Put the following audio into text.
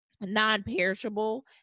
non-perishable